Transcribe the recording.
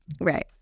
Right